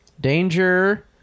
Danger